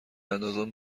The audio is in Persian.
اندازان